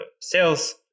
sales